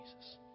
Jesus